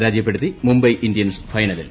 പരാജയപ്പെടുത്തി മുംബൈ ഇന്ത്യൻസ് ഫൈനലിൽ